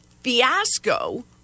fiasco